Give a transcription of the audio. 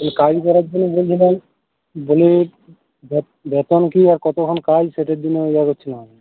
এই কাজ করার জন্য বলছি ভাই বলি বেতন কী আর কতোক্ষণ কাজ সেটার জন্য